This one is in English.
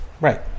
Right